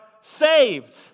saved